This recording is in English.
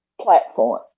platform